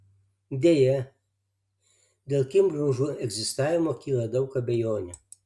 deja dėl kirmgraužų egzistavimo kyla daug abejonių